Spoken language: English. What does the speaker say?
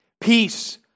peace